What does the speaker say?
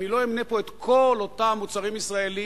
אני לא אמנה פה את כל אותם מוצרים ישראליים,